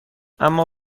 اما